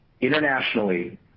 Internationally